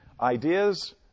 ideas